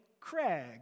Craig